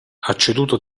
acceduto